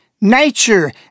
nature